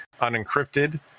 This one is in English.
unencrypted